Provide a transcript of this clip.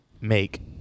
make